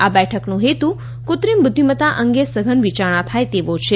આ બેઠકનો હેતુ કૃત્રિમ બુધ્યિમત્તા અંગે સઘન વિયારણા થાય તેવો છે